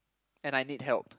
and I need help